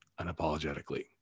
unapologetically